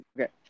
Okay